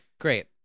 Great